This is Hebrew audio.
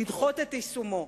לדחות את יישומו.